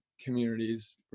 Communities